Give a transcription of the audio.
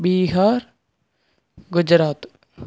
Bihar Gujarat